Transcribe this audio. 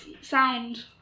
sound